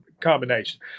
combination